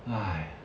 !haiya!